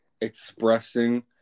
expressing